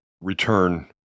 return